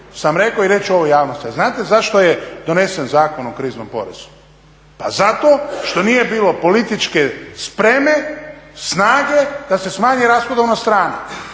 sam rekao i reći ću ovo javnosti, a znate zašto je donesen Zakon o kriznom porezu? Pa zato što nije bilo političke spreme, snage da se smanji rashodovna strana.